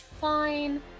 fine